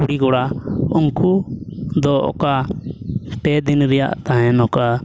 ᱠᱩᱲᱤ ᱠᱚᱲᱟ ᱩᱱᱠᱩ ᱫᱚ ᱚᱠᱟ ᱯᱮ ᱫᱤᱱ ᱨᱮᱭᱟᱜ ᱛᱟᱦᱮᱱ ᱚᱠᱟ